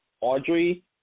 Audrey